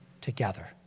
together